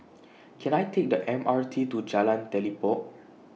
Can I Take The M R T to Jalan Telipok